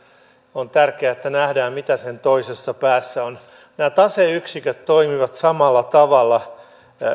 on tärkeää että nähdään mitä sen toisessa päässä on nämä taseyksiköt toimivat samalla tavalla